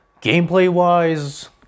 gameplay-wise